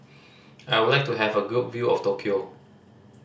I would like to have a good view of Tokyo